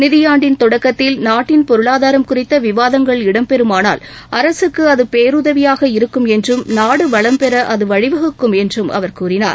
நிதியாண்டின் தொடக்கத்தில் நாட்டின் பொருளாதாரம் குறித்த விவாதங்கள் இடம்பெறுமானால் அரசுக்கு அது பேருதவியாக இருக்கும என்றும் நாடு வளம்பெற அது வழிவகுக்கும் என்றும் அவர் கூறினார்